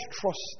trust